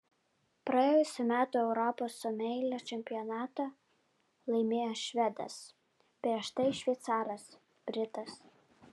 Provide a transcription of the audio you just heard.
praėjusių metų europos someljė čempionatą laimėjo švedas prieš tai šveicaras britas